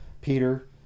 Peter